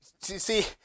See